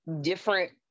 different